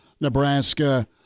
Nebraska